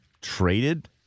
traded